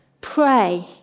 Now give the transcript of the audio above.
pray